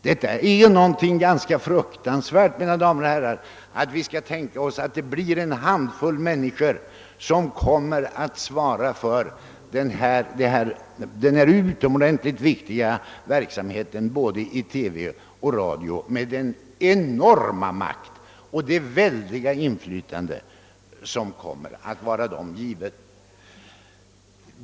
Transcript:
Det är ju något ganska fruktansvärt, mina damer och herrar, att tänka sig att en handfull människor kommer att svara för denna utomordentligt viktiga verksamhet både i TV och radio med den enorma makt och det väldiga inflytande som de därigenom får.